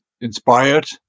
inspired